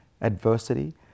Adversity